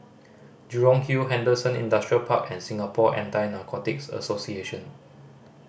Jurong Hill Henderson Industrial Park and Singapore Anti Narcotics Association